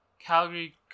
calgary